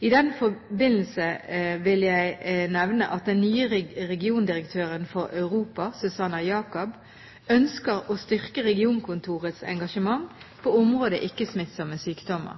I den forbindelse vil jeg nevne at den nye regiondirektøren for Europa, Zsuzsanna Jakab, ønsker å styrke regionkontorets engasjement på området ikke-smittsomme sykdommer.